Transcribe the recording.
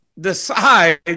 decide